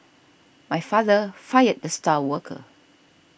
my father fired the star worker